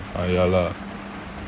ah ya lah